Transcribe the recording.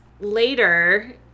Later